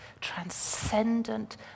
transcendent